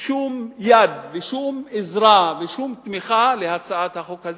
שום יד ושום עזרה ושום תמיכה להצעת החוק הזאת,